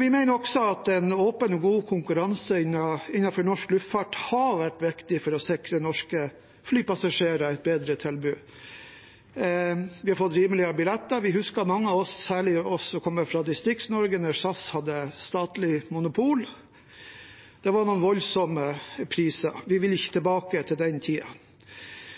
Vi mener også at en åpen og god konkurranse innenfor norsk luftfart har vært viktig for å sikre norske flypassasjerer et bedre tilbud. Vi har fått rimeligere billetter. Mange av oss, særlig vi som kommer fra Distrikts-Norge, husker da SAS hadde statlig monopol. Det var noen voldsomme priser. Vi vil ikke tilbake til den tiden.